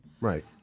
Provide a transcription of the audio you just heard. right